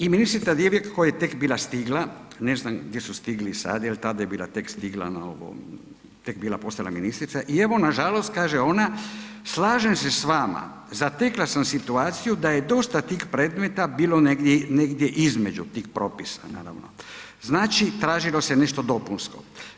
I ministrica Divjak koja je tek bila stigla, ne znam gdje su stigli sad jel tada je bila tek stigla na ovo, tek postala ministrica i evo na žalost kaže ona, slažem se s vama, zatekla sam situaciju da je dosta tih predmeta bilo negdje između tih propisa naravno, znači tražilo se nešto dopunsko.